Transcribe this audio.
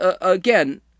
again